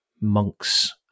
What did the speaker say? monk's